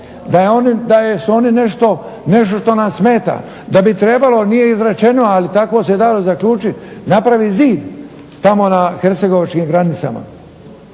da su oni nešto što nam smeta, da bi trebalo, nije izrečeno ali tako se dalo zaključiti napravit zid tamo na hercegovačkim granicama.